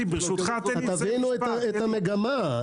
תבינו את המגמה.